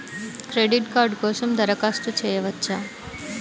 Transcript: Credit card కోసం దరఖాస్తు చేయవచ్చా?